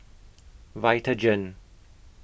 Vitagen